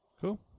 cool